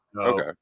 okay